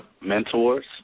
mentors